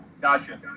Gotcha